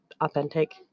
authentic